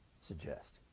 suggest